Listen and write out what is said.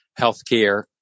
healthcare